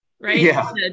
Right